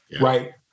right